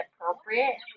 appropriate